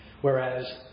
Whereas